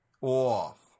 Off